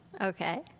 Okay